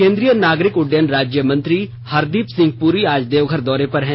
केंद्रीय नागरिक उड्डयन राज्य मंत्री हरदीप सिंह पुरी आज देवघर दौरे पर हैं